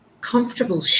Comfortable